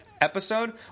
episode